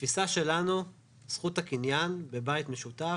בתפיסה שלנו, זכות הקניין בבית משותף